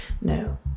no